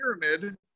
pyramid